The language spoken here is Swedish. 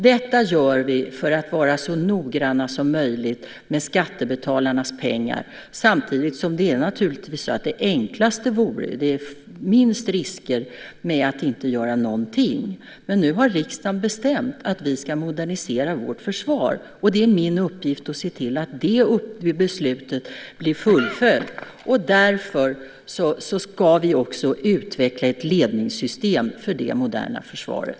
Detta gör vi för att vara så noggranna som möjligt med skattebetalarnas pengar. Samtidigt vore det naturligtvis enklast att inte göra någonting - det är minst risker med det. Men nu har riksdagen bestämt att vi ska modernisera vårt försvar, och det är min uppgift att se till att det beslutet blir fullföljt. Därför ska vi också utveckla ett ledningssystem för det moderna försvaret.